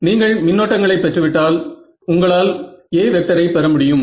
நீங்கள் மின்னோட்டங்களை பெற்றுவிட்டால் உங்களால் A ஐ பெறமுடியும்